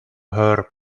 her